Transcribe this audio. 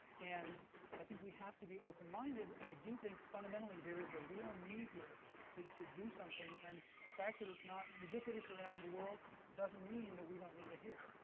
and i think we have to be open-minded. and i do think fundamentally, there is a real need here to to do something. and the fact that it's not ubiquitous around the world doesn't mean we don't need it here.